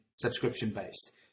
subscription-based